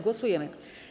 Głosujemy.